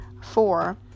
Four